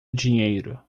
dinheiro